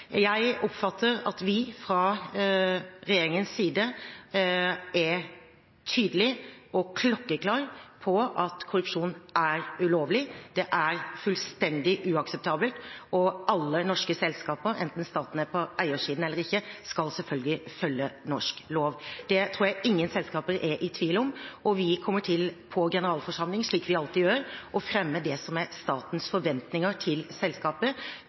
Jeg oppfatter at vi fra regjeringens side er tydelige og klokkeklare på at korrupsjon er ulovlig, det er fullstendig uakseptabelt. Alle norske selskaper, enten staten er på eiersiden eller ikke, skal selvfølgelig følge norsk lov. Det tror jeg ingen selskaper er i tvil om. Vi kommer på generalforsamlingene, slik vi alltid gjør, til å fremme det som er statens forventninger til